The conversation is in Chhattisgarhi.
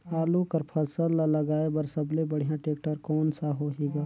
आलू कर फसल ल लगाय बर सबले बढ़िया टेक्टर कोन सा होही ग?